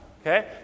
Okay